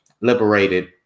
liberated